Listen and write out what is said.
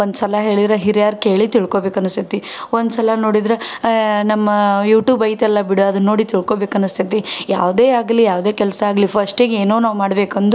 ಒಂದ್ಸಲ ಹೇಳಿರೋ ಹಿರ್ಯರು ಕೇಳಿ ತಿಳ್ಕೊಳ್ಬೇಕು ಅನ್ನಿಸ್ತೈತಿ ಒಂದ್ಸಲ ನೋಡಿದ್ರೆ ನಮ್ಮ ಯೂಟೂಬ್ ಐತಲ್ಲ ಬಿಡು ಅದನ್ನ ನೋಡಿ ತಿಳ್ಕೊಳ್ಬೇಕು ಅನ್ನಿಸ್ತೈತಿ ಯಾವುದೇ ಆಗಲಿ ಯಾವುದೇ ಕೆಲಸ ಆಗಲಿ ಫಸ್ಟಿಗೆ ಏನೋ ನಾವು ಮಾಡ್ಬೇಕೆಂದ್ರು